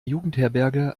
jugendherberge